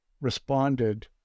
responded